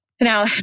Now